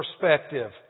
perspective